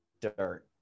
dirt